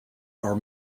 are